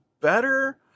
better